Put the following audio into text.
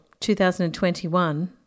2021